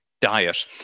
diet